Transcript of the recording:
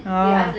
orh